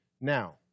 now